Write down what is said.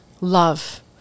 love